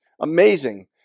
amazing